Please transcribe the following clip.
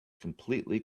completely